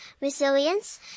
resilience